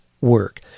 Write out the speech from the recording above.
work